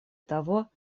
того